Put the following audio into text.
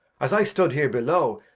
as i stood here below,